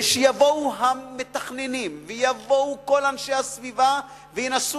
ויבואו המתכננים וכל אנשי הסביבה וינסו